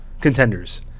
contenders